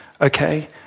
okay